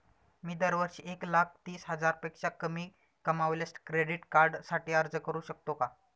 मी दरवर्षी एक लाख तीस हजारापेक्षा कमी कमावल्यास क्रेडिट कार्डसाठी अर्ज करू शकतो का?